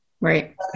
Right